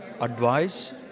advice